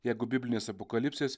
jeigu biblinės apokalipsės